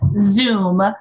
Zoom